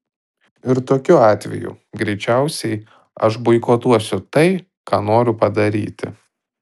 ir tokiu atveju greičiausiai aš boikotuosiu tai ką noriu padaryti